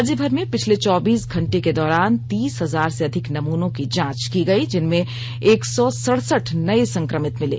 राज्यभर में पिछले चौबीस घंटे के दौरान तीस हजार से अधिक नमूनों की जांच की गई जिनमें एक सौ सड़सठ नए संक्रमित मिले